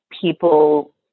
people